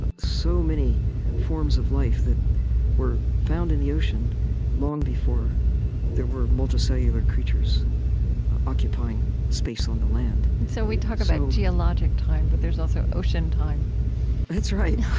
ah so many forms of life that were found in the ocean long before there were multicellular creatures occupying space on the land so we talk about geologic time, but there's also ocean time that's right